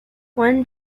one